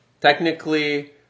Technically